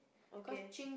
okay